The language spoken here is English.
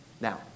Now